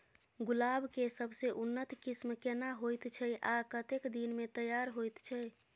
गुलाब के सबसे उन्नत किस्म केना होयत छै आ कतेक दिन में तैयार होयत छै?